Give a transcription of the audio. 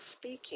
speaking